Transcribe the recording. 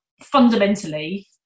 fundamentally